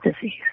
disease